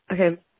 Okay